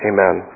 Amen